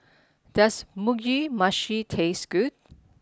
does Mugi Meshi taste good